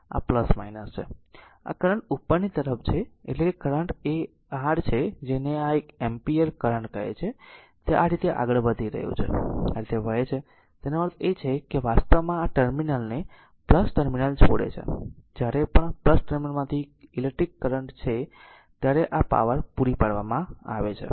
તેથી આ છે અને આ કરંટ ઉપરની તરફ છે એટલે કે કરંટ એ r છે જેને આ એક એમ્પીયર કરંટ કહે છે તે આ રીતે આગળ વધી રહ્યું છે આ રીતે વહે છે તેનો અર્થ એ છે કે વાસ્તવમાં આ ટર્મિનલને ટર્મિનલ છોડે છે જ્યારે પણ ટર્મિનલમાંથી ઈલેક્ટ્રીકલ કરંટ છે ત્યારે આ પાવર પૂરી પાડવામાં આવે છે